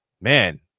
man